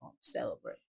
Celebrate